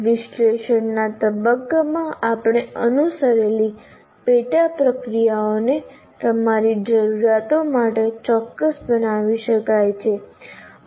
વિશ્લેષણના તબક્કામાં આપણે અનુસરેલી પેટા પ્રક્રિયાઓને તમારી જરૂરિયાતો માટે ચોક્કસ બનાવી શકાય છે